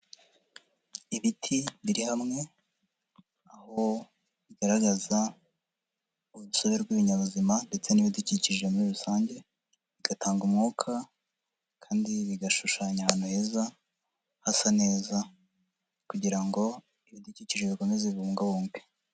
Ibiti biri hamwe aho bigaragaza urusobe rw'ibinyabuzima ndetse n'ibidukikije muri rusange, bigatanga umwuka kandi bigashushanya ahantu heza hasa neza kugira ngo ibidukikije bikomeze bibungabungwe.